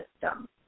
system